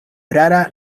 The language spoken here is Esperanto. rara